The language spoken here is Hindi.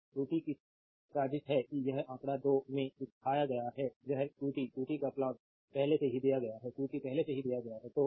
अब qt की साजिश है और यह आंकड़ा 2 में दिखाया गया है यह qt qt का प्लॉट पहले से ही दिया गया qt पहले से ही दिया गया है